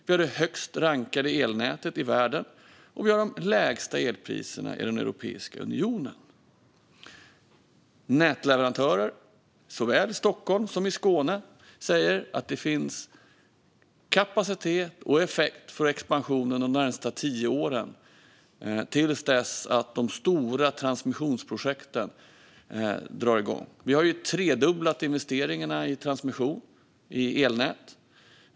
Vi har det högst rankade elnätet i världen och de lägsta elpriserna i Europeiska unionen. Nätleverantörer i såväl Stockholm som Skåne säger att det finns kapacitet och effekt för expansion under de närmaste tio åren, till dess att de stora transmissionsprojekten drar igång. Vi har tredubblat investeringarna i transmission, i elnät.